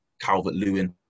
Calvert-Lewin